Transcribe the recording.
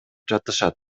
жатышат